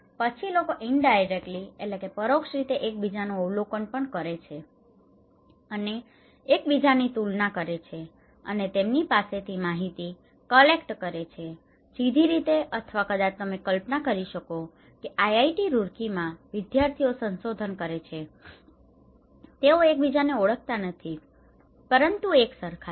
પછી લોકો indirectly indirectly પરોક્ષ રીતે એકબીજાનું અવલોકન પણ કરે છે અને એકબીજાની તુલના કરે છે અને તેમની પાસેથી માહિતી કલેક્ટ collect એકત્રિત કરે છે સીધી રીતે અથવા કદાચ તમે કલ્પના કરી શકો કે આઇઆઇટી રૂરકીમાં વિદ્યાર્થીઓ સંશોધન કરે છે તેઓ એકબીજાને ઓળખતા નથી પરંતુ એકસરખા છે